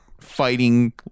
fighting